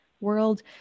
world